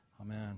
Amen